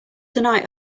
tonight